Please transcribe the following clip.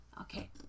Okay